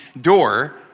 door